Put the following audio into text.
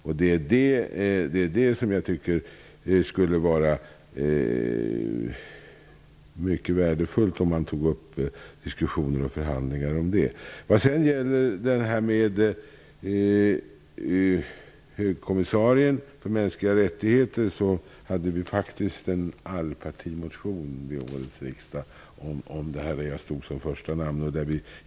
Jag tycker att det skulle vara mycket värdefullt om man tog upp diskussioner och förhandlingar om det. Om högkommissarien för mänskliga rättigheter hade vi en allpartimotion till årets riksdag där jag stod som första namn.